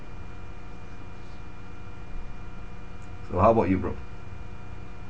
so how about you bro